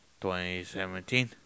2017